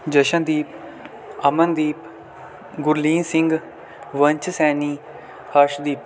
Jashandeep Amandeep Gurleen Singh Vansh Saini Harshdeep